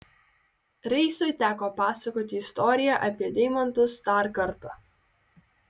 reisui teko pasakoti istoriją apie deimantus dar kartą